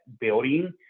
building